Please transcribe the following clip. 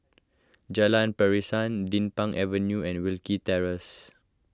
Jalan Pasiran Din Pang Avenue and Wilkie Terrace